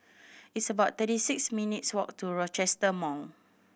it's about thirty six minutes' walk to Rochester Mall